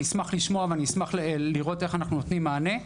אני אשמח לשמוע ולראות איך אנחנו נותנים מענה.